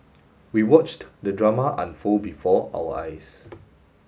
we watched the drama unfold before our eyes